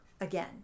again